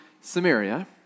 Samaria